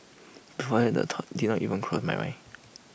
before that the thought did not even cross my mind